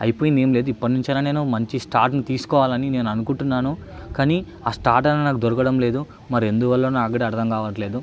అయిపోయిందేమి లేదు ఇప్పటి నుంచైనా నేను మంచి స్టార్ట్ని తీసుకోవాలని నేను అనుకుంటున్నాను కానీ ఆ స్టార్ట్ అనేది నాకు దొరకడం లేదు మరెందువల్లో నాకు కూడా అర్థం కావట్లేదు